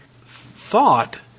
thought